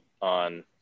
on